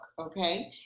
okay